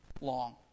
long